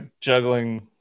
juggling